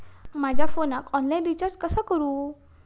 माझ्या फोनाक online recharge कसा करू?